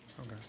Okay